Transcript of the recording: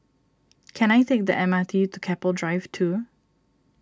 can I take the M R T to Keppel Drive two